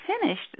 finished